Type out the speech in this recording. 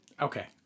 okay